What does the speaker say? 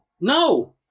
No